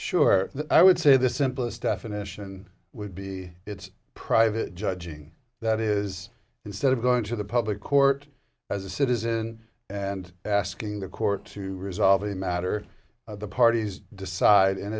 sure i would say the simplest definition would be its private judging that is instead of going to the public court as a citizen and asking the court to resolve the matter of the parties decide in